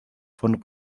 von